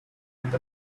with